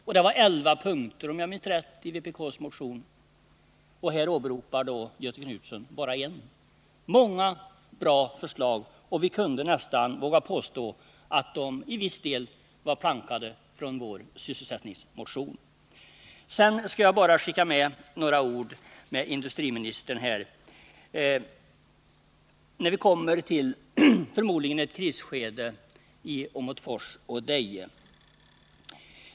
Om jag minns rätt var det elva punkter i vpk:s motion, och här åberopar Göthe Knutson bara en. Där fanns många bra förslag, och vi kunde nästan våga påstå att de till viss del var plankade från vår sysselsättningsmotion. Sedan skall jag bara skicka med industriministern några ord. Vi kommer förmodligen till ett krisskede i Åmotfors och Deje.